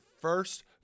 first